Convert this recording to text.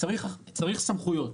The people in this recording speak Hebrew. צריך סמכויות.